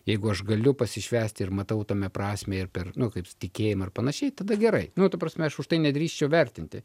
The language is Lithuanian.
jeigu aš galiu pasišvęsti ir matau tame prasmę ir per nu kaip tikėjimą ir panašiai tada gerai nu ta prasme aš už tai nedrįsčiau vertinti